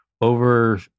over